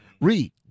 Read